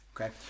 Okay